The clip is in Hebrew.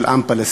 של עם פלסטיני,